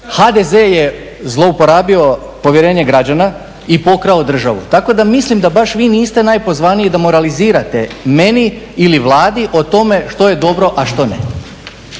HDZ je zlouporabio povjerenje građana i pokrao državu, tako da mislim da baš vi niste … da moralizirate meni ili Vladi o tome što je dobro, a što ne.